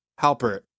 Halpert